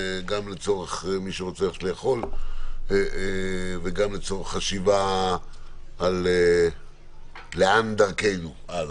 גם לצורך מי שרוצה ללכת לאכול וגם לצורך חשיבה על לאן דרכנו הלאה.